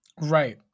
Right